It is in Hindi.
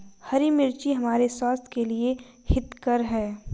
हरी मिर्च हमारे स्वास्थ्य के लिए हितकर हैं